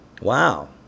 wow